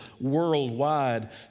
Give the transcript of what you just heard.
worldwide